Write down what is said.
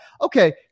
okay